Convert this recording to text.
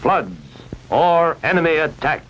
floods or enemy attack